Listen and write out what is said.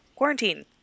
quarantine